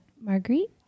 Marguerite